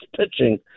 pitching